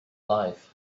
life